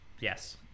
yes